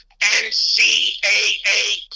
NCAA